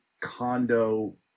condo